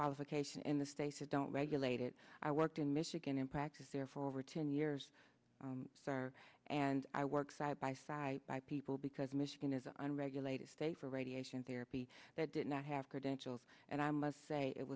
qualification in the states or don't regulate it i worked in michigan in practice there for over ten years sir and i work side by side by people because michigan is an unregulated state for radiation therapy that did not have credentials and i must say it